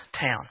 town